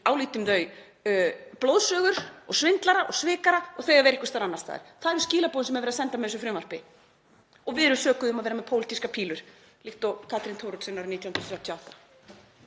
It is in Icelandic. álítum þau blóðsugur svindlara og svikara og að þau eigi að vera einhvers staðar annars staðar. Það eru skilaboðin sem er verið að senda með þessu frumvarpi. Og við erum sökuð um að vera með pólitískar pílur, líkt og Katrín Thoroddsen árið 1938.